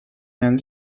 and